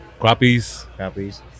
Crappies